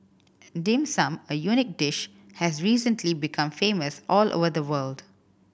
Dim Sum a unique dish has recently become famous all over the world